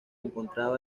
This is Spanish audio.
encontraba